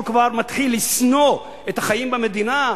כבר מתחיל לשנוא את החיים במדינה?